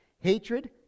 hatred